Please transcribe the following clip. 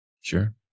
Sure